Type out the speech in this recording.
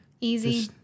easy